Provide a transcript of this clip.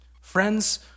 Friends